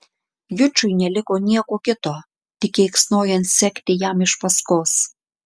jučui neliko nieko kito tik keiksnojant sekti jam iš paskos